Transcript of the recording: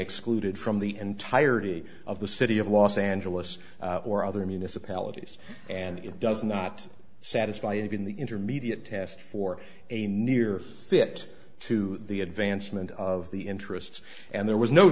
excluded from the entirety of the city of los angeles or other municipalities and it does not satisfy even the intermediate test for a near fit to the advancement of the interests and there was no